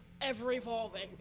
ever-evolving